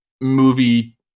movie